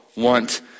want